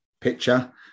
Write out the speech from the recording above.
picture